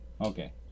Okay